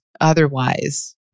otherwise